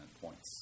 points